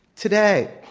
today,